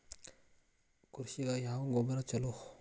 ಕೃಷಿಗ ಯಾವ ಗೊಬ್ರಾ ಛಲೋ?